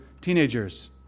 teenagers